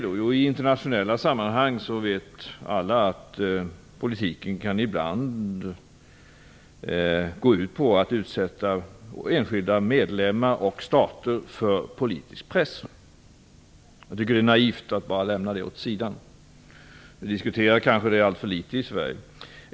Jo, alla vet att i internationella sammanhang kan politiken ibland gå ut på att utsätta enskilda medlemmar och stater för politisk press. Jag tycker att det är naivt att bara lämna detta åt sidan. Vi diskuterar detta kanske alltför litet i Sverige.